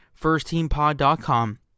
firstteampod.com